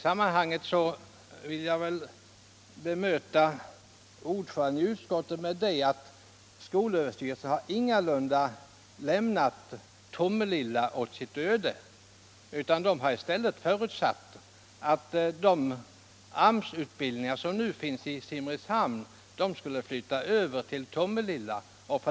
Sedan vill jag också bemöta utskottets ordförande med att säga att skolöverstyrelsen ingalunda har lämnat Tomelilla åt sitt öde utan tvärtom förutsatt att den AMS-utbildning som nu meddelas i Simrishamn skall flyttas över till Tomelilla.